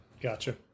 Gotcha